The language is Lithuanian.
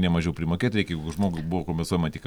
ne mažiau primokėt reikia jeigu žmogui buvo kompensuojama tika